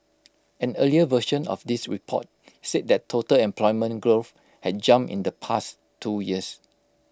an earlier version of this report said that total employment growth had jumped in the past two years